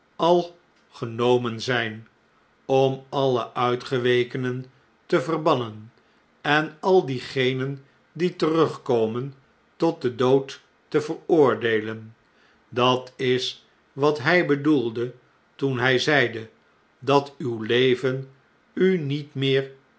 al genomen zijn om alle uitgewekenen te verbannen en al diegenen die terugkomen tot den dood te veroordeelen dat is wat hjj bedoelde toen hi zeide dat uw leven u niet meer